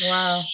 Wow